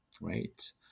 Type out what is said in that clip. right